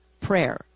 prayer